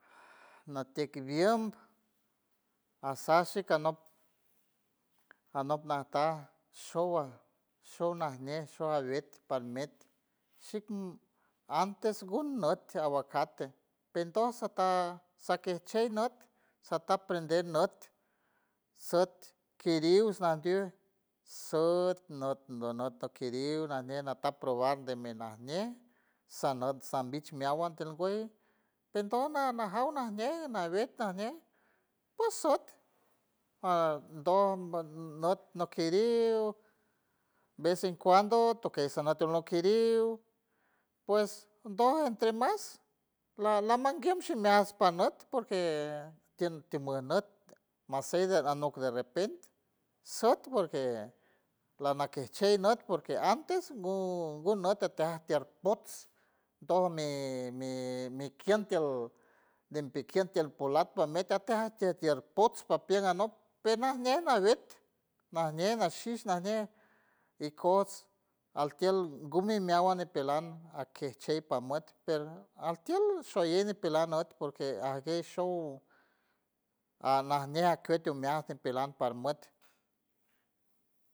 Natieck biem asaj shik anop anop najta show show najñe showa wet parmet shik antes gun nut aguacate pindoj sataj sakies chey nut sata prender nut sut kiriw najdiw sot not lonot a kiriw najñe nata probar de mi najñe sanot sambich meawan tiel güey per ndo na- najaw najñe nawet najñe ps sut doj nüt nokeriw ves en cuando tokey sanat tiel not kiriw pues doj entre mas la- lamanguien shimeajs panüt porque timu nüt masey de anok de repente süd porque lanakiej chey nüt porque antes gun not atiaj tier pots doj mi- mi- mi kien tiel de pikien tiel pulat panüt ateaj tier pots papien anok pe najñe naweut najñe nashish najñe ikojts altiel gumi meawan ñipelan akiej chey pajmüt per altiel showalley ñipelan nut porque ajguey show anajñe a kuet omeajs ñipelan parmut.